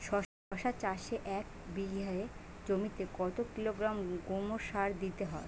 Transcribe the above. শশা চাষে এক বিঘে জমিতে কত কিলোগ্রাম গোমোর সার দিতে হয়?